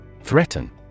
Threaten